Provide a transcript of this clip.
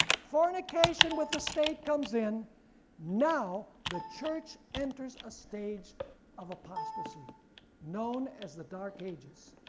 fornication with the state comes in now the church enters a stage of apostasy known as the dark ages,